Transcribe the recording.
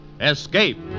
Escape